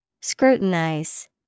Scrutinize